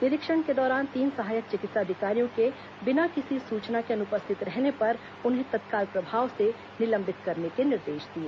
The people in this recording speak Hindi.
निरीक्षण के दौरान तीन सहायक चिकित्सा अधिकारियों के बिना किसी सूचना के अनुपस्थित रहने पर उन्हें तत्काल प्रभाव से निलंबित करने के निर्देश दिए